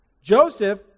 Joseph